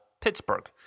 Pittsburgh